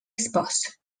espòs